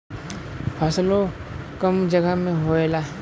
फसलो कम जगह मे होएला